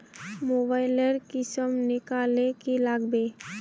Mobile लेर किसम निकलाले की लागबे?